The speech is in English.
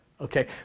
Okay